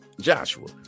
joshua